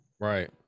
Right